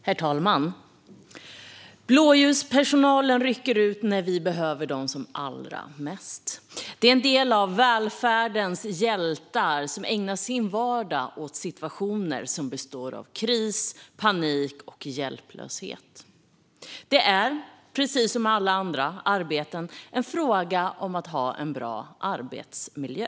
Herr talman! Blåljuspersonalen rycker ut när vi behöver den som allra mest. Det är en del av välfärdens hjältar som ägnar sin vardag åt situationer som består av kris, panik och hjälplöshet. Det är, precis som på alla andra arbeten, en fråga om att ha en bra arbetsmiljö.